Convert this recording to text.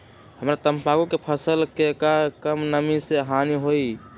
हमरा तंबाकू के फसल के का कम नमी से हानि होई?